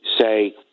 say